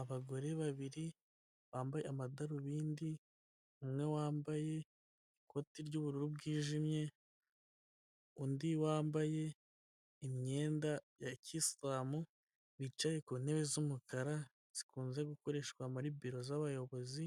Abagore babiri bambaye amadarubindi umwe wambaye ikoti ry'ubururu bwijimye, undi wambaye imyenda ya kisilamu bicaye ku ntebe z'umukara zikunze gukoreshwa muri biro z'abayobozi,